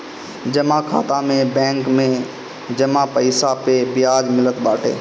जमा खाता में बैंक में जमा पईसा पअ बियाज मिलत बाटे